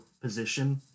position